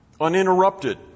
Uninterrupted